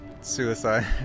Suicide